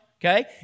okay